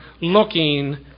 looking